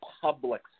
public